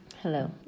Hello